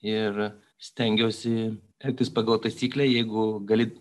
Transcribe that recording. ir stengiausi elgtis pagal taisyklę jeigu gali